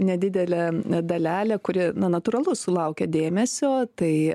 nedidelė dalelė kuri na natūralu sulaukia dėmesio tai